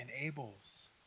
enables